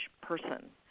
person